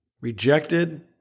rejected